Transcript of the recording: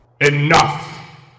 Enough